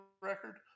record